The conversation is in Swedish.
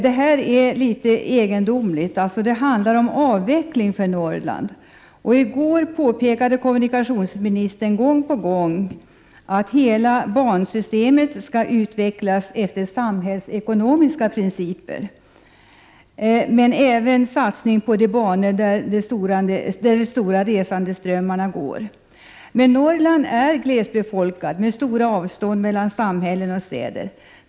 Detta är litet egendomligt. Det handlar om en avveckling för Norrland. I går påpekade kommunikationsministern gång på gång att hela bansystemet skall utvecklas efter samhällsekonomiska principer. Det skulle dock göras satsningar på de banor där de stora resandeströmmarna går. Norrland är emellertid glest befolkat med stora avstånd mellan samhällen och städer.